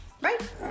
Right